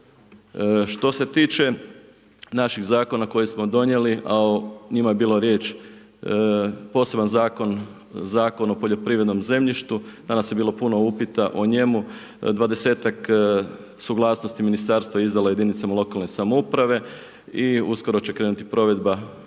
Što se tiče naših zakona koji smo donijeli, a o njima je bilo riječ, poseban zakon, Zakon o poljoprivrednom zemljištu, danas je bilo puno upita o njemu, 20-tak suglasnosti ministarstva izdalo je jedinicama lokalne samouprave i uskoro će krenuti provedba